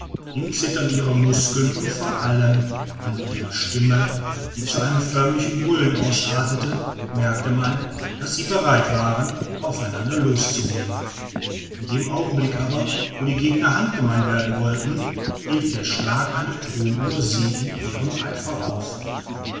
dem zittern ihrer muskeln und vor allem an ihrer stimme die zu einem förmlichen brüllen ausartete merkte man daß sie bereit waren auf einander loszugehen in dem augenblick aber wo die gegner handgemein werden wollten hielt der schlag einer thurmuhr sie in ihrem eifer auf